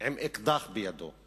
עם אקדח בידו.